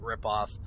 ripoff